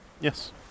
Yes